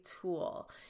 tool